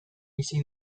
bizi